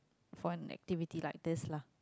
for an activity like this lah